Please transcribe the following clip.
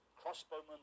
crossbowmen